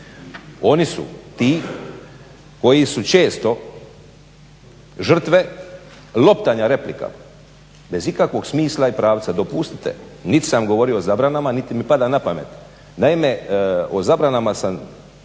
Oni su ti koji su često žrtve loptanja replika, bez ikakvog smisla i pravca. Dopustite, nit sam govorio o zabranama niti mi pada na pamet. Naime, o zabranama sam